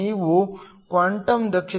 ನೀವು ಕ್ವಾಂಟಮ್ ದಕ್ಷತೆಯನ್ನು 0